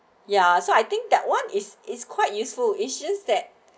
ya so I think that one is is quite useful it's just that